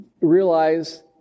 realize